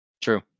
True